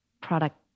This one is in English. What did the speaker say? product